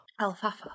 alfalfa